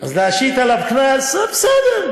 אז להשית עליו קנס, בסדר,